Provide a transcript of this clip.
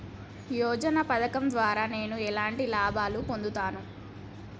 యోజన పథకం ద్వారా నేను ఎలాంటి లాభాలు పొందుతాను?